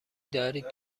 دارید